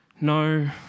No